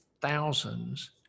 thousands